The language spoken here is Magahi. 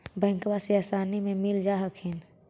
बैंकबा से आसानी मे मिल जा हखिन?